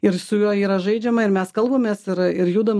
ir su juo yra žaidžiama ir mes kalbamės ir ir judam